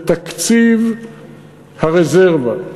בתקציב הרזרבה,